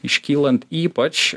iškylant ypač